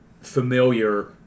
familiar